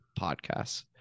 podcasts